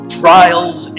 trials